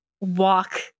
walk